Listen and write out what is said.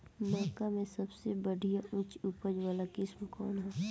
मक्का में सबसे बढ़िया उच्च उपज वाला किस्म कौन ह?